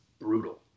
brutal